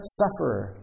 sufferer